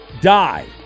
die